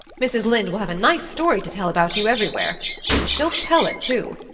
mrs. lynde will have a nice story to tell about you everywhere and she'll tell it, too.